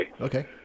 Okay